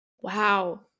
Wow